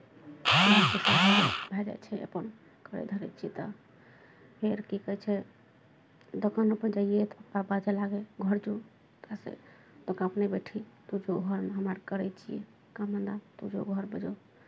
भए जाइ छै अपन करै धरै छियै तऽ फेर की कहै छै दोकानोपर जैयै तऽ पापा बाजय लागै घर जो ओतयसँ पपा अपने बैठय तू जो घर हम करै छियै काम धन्धा तू जो घरपर जो